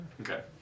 Okay